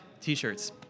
T-shirts